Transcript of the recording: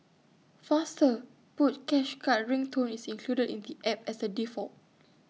faster put cash card ring tone is included in the app as A default